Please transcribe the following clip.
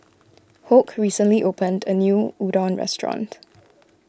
Hoke recently opened a new Udon restaurant